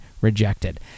rejected